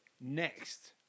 next